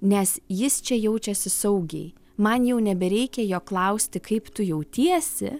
nes jis čia jaučiasi saugiai man jau nebereikia jo klausti kaip tu jautiesi